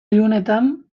ilunetan